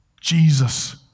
Jesus